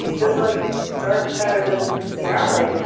just like dark matter doesn't see our light,